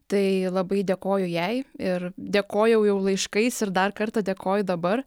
tai labai dėkoju jai ir dėkojau jau laiškais ir dar kartą dėkoju dabar